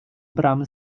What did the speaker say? bram